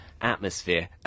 atmosphere